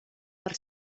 per